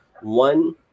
One